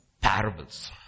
parables